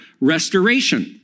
restoration